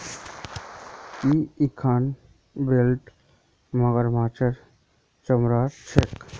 की इखन बेल्ट मगरमच्छेर चमरार छिके